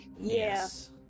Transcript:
yes